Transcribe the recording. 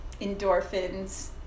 endorphins